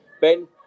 Ben